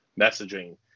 messaging